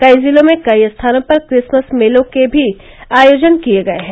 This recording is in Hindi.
कई जिलों में कई स्थानों पर क्रिसमस मेलों के भी आयोजन किये गये हैं